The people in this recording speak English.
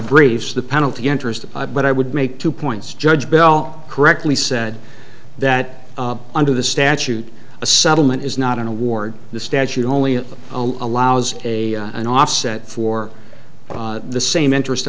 briefs the penalty interest but i would make two points judge bell correctly said that under the statute a settlement is not an award the statute only allows a an offset for the same interest